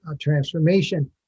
transformation